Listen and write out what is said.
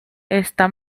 está